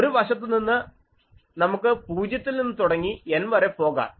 ഒരു വശത്തു നിന്ന് നമുക്ക് പൂജ്യത്തിൽ നിന്നും തുടങ്ങി N വരെ പോകാം